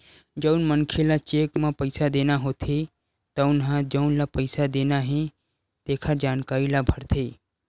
जउन मनखे ल चेक म पइसा देना होथे तउन ह जउन ल पइसा देना हे तेखर जानकारी ल भरथे